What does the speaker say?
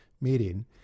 meeting